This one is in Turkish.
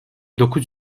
dokuz